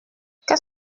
qu’est